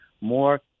more